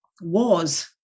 wars